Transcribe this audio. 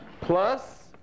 plus